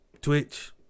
Twitch